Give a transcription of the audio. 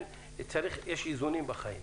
יש איזונים בחיים.